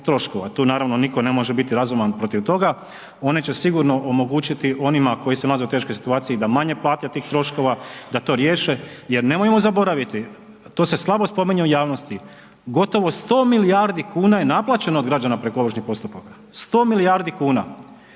Tu naravno, nitko ne može biti razuman protiv toga. One će sigurno omogućiti onima koji se nalaze u teškoj situaciji da manje plate tih troškova, da to riješe, jer nemojmo zaboraviti, to se slabo spominje u javnosti. Gotovo 100 milijardi kuna je naplaćeno od građana preko ovršnih postupaka. 100 milijardi kuna.